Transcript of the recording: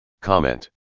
Comment